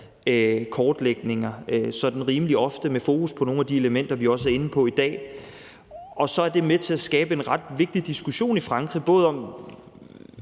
kortlægninger sådan rimelig ofte med fokus på nogle af de elementer, vi også er inde på i dag. Det er med til at skabe en ret vigtig diskussion i Frankrig, både om,